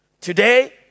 Today